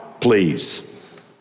please